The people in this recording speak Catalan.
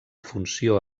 funció